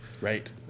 right